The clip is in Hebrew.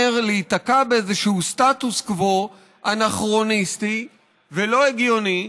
להיתקע באיזשהו סטטוס קוו אנכרוניסטי ולא הגיוני,